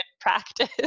practice